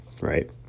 right